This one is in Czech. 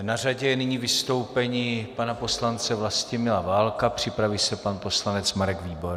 Na řadě je nyní vystoupení pana poslance Vlastimila Válka, připraví se pan poslanec Marek Výborný.